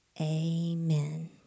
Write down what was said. Amen